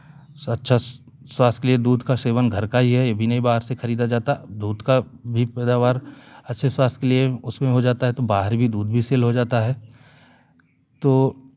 अच्छा स्वास्थ्य के लिए दूध का सेवन घर का ही है ये भी नहीं बाहर से खरीदा जाता दूध का भी पैदावार अच्छे स्वास्थ्य के लिए उसमें हो जाता है तो बाहर भी दूध भी सेल हो जाता है तो